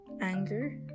anger